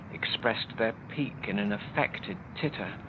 expressed their pique in an affected titter,